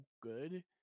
good